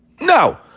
no